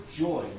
joy